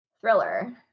thriller